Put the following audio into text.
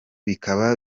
bikaba